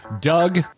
Doug